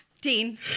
Dean